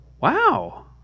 wow